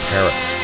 Paris